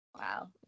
wow